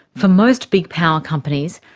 for most big power companies,